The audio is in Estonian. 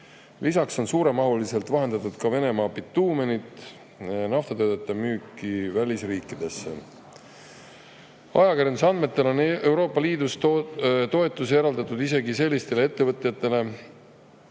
Lisaks on suures mahus vahendatud Venemaa bituumeni ja [muude] naftatoodete müüki välisriikidesse. Ajakirjanduse andmetel on Euroopa Liidu toetusi eraldatud isegi sellistele ettevõtjatele,